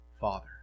Father